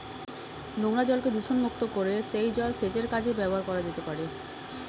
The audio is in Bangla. নোংরা জলকে দূষণমুক্ত করে সেই জল সেচের কাজে ব্যবহার করা যেতে পারে